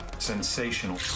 sensational